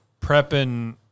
prepping